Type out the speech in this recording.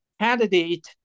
candidate